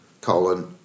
colon